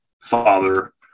father